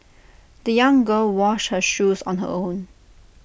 the young girl washed her shoes on her own